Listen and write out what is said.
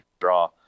draw